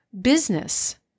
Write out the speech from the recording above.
business